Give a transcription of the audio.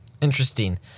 Interesting